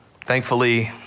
Thankfully